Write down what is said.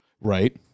right